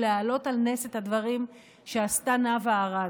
ולהעלות על נס את הדברים שעשתה נאוה ארד.